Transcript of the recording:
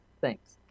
Thanks